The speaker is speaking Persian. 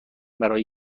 برای